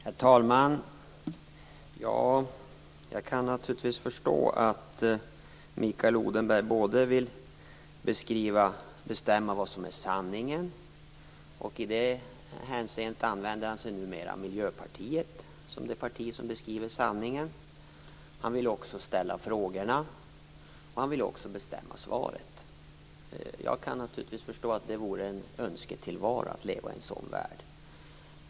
Herr talman! Jag kan naturligtvis förstå att Mikael Odenberg vill bestämma vad som är sanning. I det hänseendet använder han sig numera av Miljöpartiet som det parti som beskriver sanningen. Han vill också ställa frågorna, och han vill bestämma svaret. Jag kan naturligtvis förstå att det vore en önsketillvaro att leva i en sådan värld.